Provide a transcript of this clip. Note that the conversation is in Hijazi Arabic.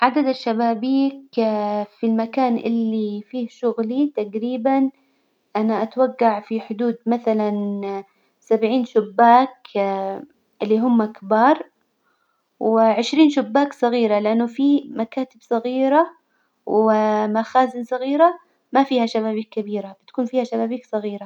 عدد الشبابيك في المكان اللي فيه شغلي تجريبا أنا أتوجع في حدود مثلا سبعين شباك اللي هم كبار، وعشرين شباك صغيرة، لإنه في مكاتب صغيرة ومخازن صغيرة ما فيها شبابيك كبيرة، بتكون فيها شبابيك صغيرة.